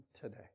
today